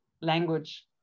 language